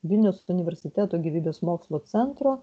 vilniaus universiteto gyvybės mokslų centro